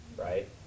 right